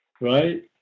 right